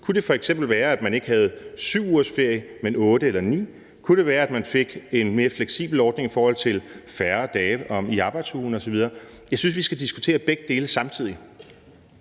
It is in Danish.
Kunne det f.eks. være, at man ikke havde 7 ugers ferie, men 8 eller 9? Kunne det være, at man fik en mere fleksibel ordning i forhold til færre dage i arbejdsugen osv.? Jeg synes, vi skal diskutere begge dele samtidig.